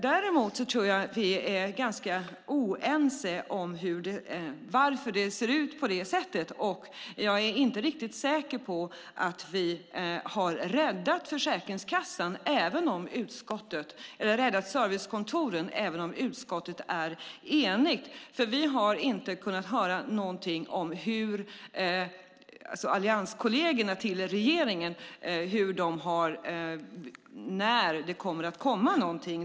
Däremot tror jag att vi är ganska oense om varför det ser ut på det här sättet. Jag är inte riktigt säker på att vi har räddat servicekontoren, även om utskottet är enigt, för vi har inte kunnat höra någonting från regeringens allianskolleger om när det kommer att komma någonting.